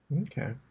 Okay